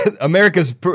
America's